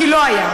כי לא הייתה.